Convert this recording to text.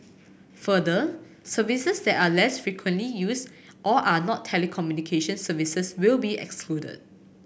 further services that are less frequently used or are not telecommunication services will be excluded